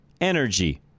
energy